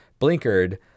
blinkered